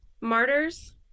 Martyrs